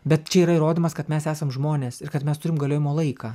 bet čia yra įrodymas kad mes esam žmonės ir kad mes turim galiojimo laiką